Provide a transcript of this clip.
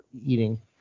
eating